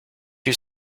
you